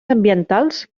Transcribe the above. ambientals